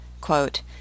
quote